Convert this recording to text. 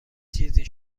چیزی